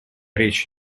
речь